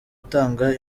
atanga